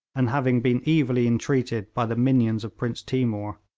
and having been evilly entreated by the minions of prince timour.